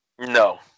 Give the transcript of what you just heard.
No